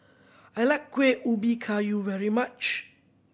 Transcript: I like Kuih Ubi Kayu very much